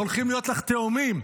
הולכים להיות לך תאומים.